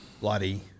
bloody